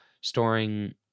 storing